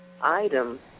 item